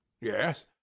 Yes